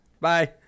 Bye